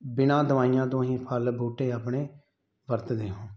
ਬਿਨਾਂ ਦਵਾਈਆਂ ਤੋਂ ਹੀ ਫ਼ਲ ਬੂਟੇ ਆਪਣੇ ਵਰਤਦੇ ਹਾਂ